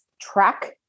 track